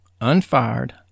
unfired